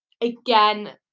Again